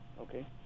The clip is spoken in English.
Okay